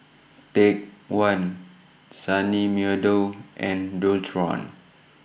Take one Sunny Meadow and Dualtron